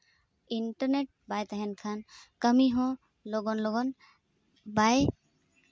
internet ᱵᱟᱭ ᱛᱟᱦᱮᱱ ᱠᱷᱟᱱ ᱠᱟᱹᱢᱤ ᱦᱚᱸ ᱞᱚᱜᱚᱱ ᱞᱚᱜᱚᱱ ᱵᱟᱭ